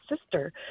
sister